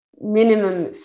minimum